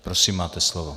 Prosím, máte slovo.